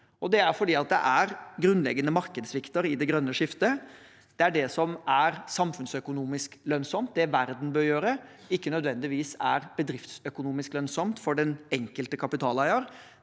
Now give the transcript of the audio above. Det er fordi det er grunnleggende markedssvikter i det grønne skiftet, der det som er samfunnsøkonomisk lønnsomt, det verden bør gjøre, ikke nødvendigvis er bedriftsøkonomisk lønnsomt for den enkelte kapitaleier.